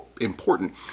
important